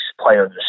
player